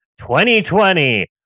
2020